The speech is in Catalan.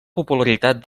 popularitat